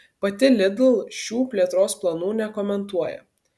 pati lidl šių plėtros planų nekomentuoja